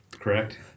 Correct